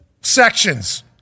sections